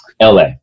LA